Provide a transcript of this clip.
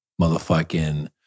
motherfucking